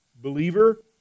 believer